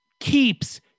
keeps